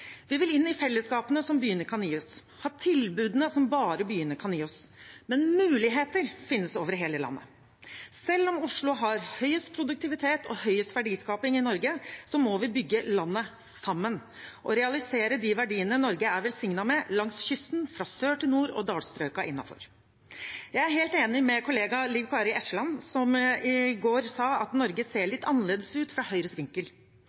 Vi vil inn i fellesskapene som byene kan gi oss, ha tilbudene som bare byene kan gi oss. Men muligheter finnes det over hele landet. Selv om Oslo har høyest produktivitet og høyest verdiskaping i Norge, må vi bygge landet sammen og realisere de verdiene Norge er velsignet med langs kysten fra sør til nord og dalstrøka innafor. Jeg er helt enig med kollega Liv Kari Eskeland, som i går sa at Norge ser litt annerledes ut fra Høyres vinkel.